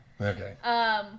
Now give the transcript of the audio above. Okay